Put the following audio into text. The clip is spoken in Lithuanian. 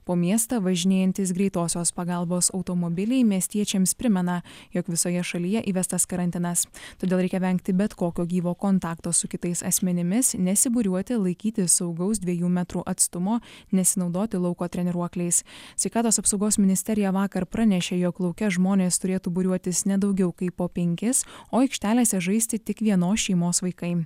po miestą važinėjantys greitosios pagalbos automobiliai miestiečiams primena jog visoje šalyje įvestas karantinas todėl reikia vengti bet kokio gyvo kontakto su kitais asmenimis nesibūriuoti laikytis saugaus dviejų metrų atstumo nesinaudoti lauko treniruokliais sveikatos apsaugos ministerija vakar pranešė jog lauke žmonės turėtų būriuotis ne daugiau kaip po penkis o aikštelėse žaisti tik vienos šeimos vaikai